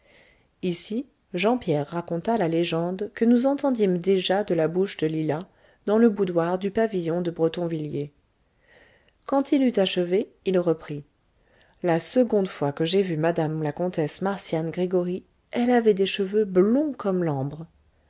ici jean pierre raconta la légende que nous entendîmes déjà de la bouche de lila dans le boudoir du pavillon de bretonvilliers quant il eut achevé il reprit la seconde fois que j'ai vu mme la comtesse marcian gregoryi elle avait des cheveux blonds comme l'ambre